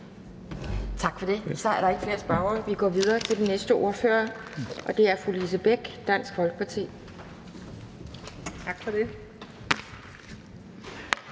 Tak for det. Så er der ikke flere spørgere. Vi går videre til den næste ordfører, og det er fru Lise Bech, Dansk Folkeparti. Kl.